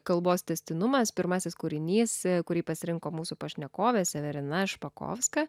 kalbos tęstinumas pirmasis kūrinys kurį pasirinko mūsų pašnekovė severina špakovska